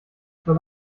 zur